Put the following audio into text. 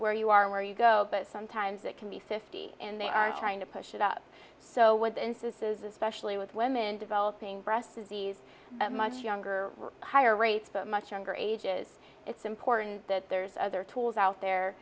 where you are where you go but sometimes it can be fifty and they are trying to push it up so what insists is especially with women developing breast disease much younger higher rates that much younger ages it's important that there's other tools out there